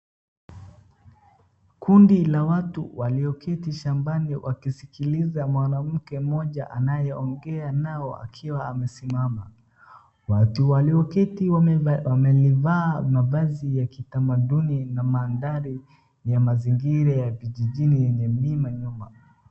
Kundi la watu walioketi shambani wakisikiliza mwanamke mmoja anayeongea nao akiwa amesimama, watu walioketi wamelivaa mavazi ya kitamaduni na mandhari ni ya mazingira ya kijijini yenye mlima nyuma.